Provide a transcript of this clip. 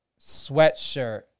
sweatshirt